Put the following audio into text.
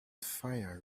fire